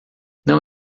não